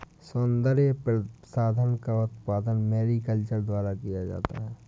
सौन्दर्य प्रसाधन का उत्पादन मैरीकल्चर द्वारा किया जाता है